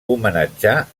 homenatjar